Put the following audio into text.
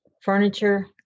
furniture